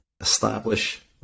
Establish